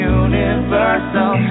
universal